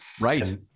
Right